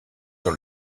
dans